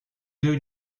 deux